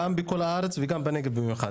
גם בכל הארץ וגם בנגב במיוחד.